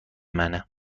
منه